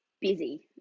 busy